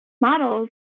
models